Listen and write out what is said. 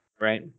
Right